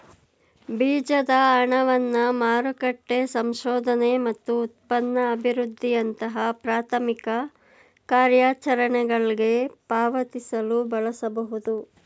ಬೀಜದ ಹಣವನ್ನ ಮಾರುಕಟ್ಟೆ ಸಂಶೋಧನೆ ಮತ್ತು ಉತ್ಪನ್ನ ಅಭಿವೃದ್ಧಿಯಂತಹ ಪ್ರಾಥಮಿಕ ಕಾರ್ಯಾಚರಣೆಗಳ್ಗೆ ಪಾವತಿಸಲು ಬಳಸಬಹುದು